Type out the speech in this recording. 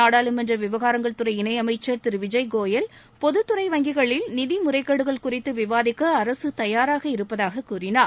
நாடாளுமன்ற விவகாரங்கள் துறை இணையமைச்சர் திரு விஜய் கோயல் பொதுத்துறை வங்கிகளில் நிதி முறைகேடுகள் குறித்து விவாதிக்க அரசு தயாராக இருப்பதாக கூறினார்